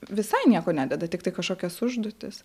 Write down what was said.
visai nieko nededa tiktai kažkokias užduotis